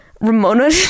Ramona